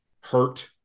hurt